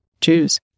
Choose